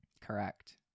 Correct